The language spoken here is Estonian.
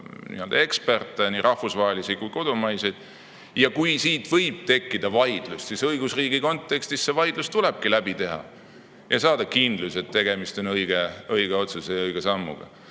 eksperte, nii rahvusvahelisi kui ka kodumaiseid. Kui siit võib tekkida vaidlus, siis õigusriigi kontekstis on nii, et see vaidlus tulebki läbi teha ja saada kindlus, et tegemist on õige otsusega, õige sammuga.